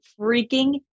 freaking